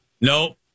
No